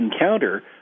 encounter